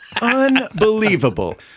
unbelievable